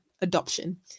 adoption